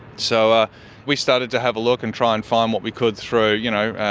so ah we started to have a look and try and find what we could through, you know,